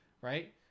right